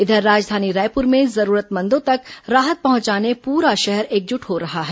इधर राजधानी रायपुर में जरूरतमंदों तक राहत पहुंचाने पूरा शहर एकजुट हो रहा है